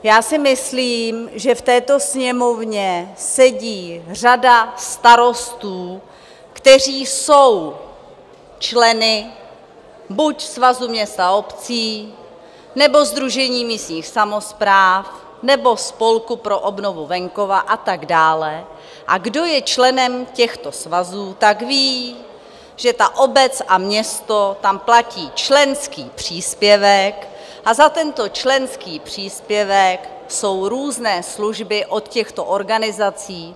Já si myslím, že v této Sněmovně sedí řada starostů, kteří jsou členy buď Svazu měst a obcí, nebo Sdružení místních samospráv, nebo Spolku pro obnovu venkova a tak dále, a kdo je členem těchto svazů, ví, že obec a město tam platí členský příspěvek a za tento členský příspěvek jsou různé služby od těchto organizací.